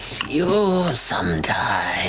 you sometime.